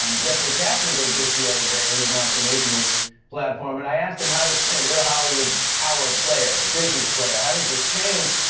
um jeffrey katzenberg just the other day, who's launching his new platform, and i asked him, how does you know you're a hollywood power player, a business player, how does this change?